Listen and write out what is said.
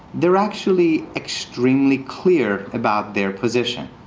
they're actually extremely clear about their position.